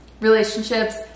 Relationships